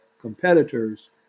competitors